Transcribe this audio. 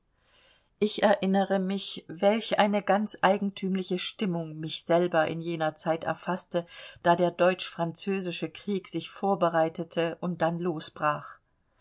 ich erinnere mich welche eine ganz eigentümliche stimme mich selber in jener zeit erfaßte da der deutsch-französische krieg sich vorbereitete und dann losbrach